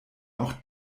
auch